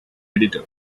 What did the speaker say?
editor